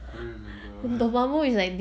I don't remember